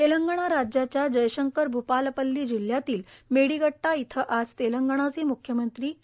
तेलंगणा राज्याच्या जयशंकर भ्पालपल्ली जिल्ह्यातील मेडिगट्टा इथं आज तेलंगणाचे म्ख्यमंत्री के